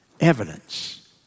evidence